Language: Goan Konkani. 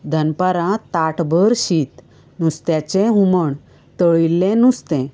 दनपरां ताटभर शीत नुस्त्याचे हुमण तळिल्ले नुस्तें